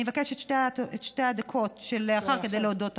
אני מבקשת את שתי הדקות שלאחר מכן כדי להודות עכשיו.